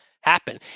happen